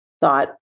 thought